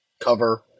cover